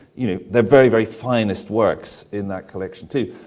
you know their very, very finest works in that collection too.